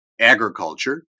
agriculture